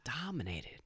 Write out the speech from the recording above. dominated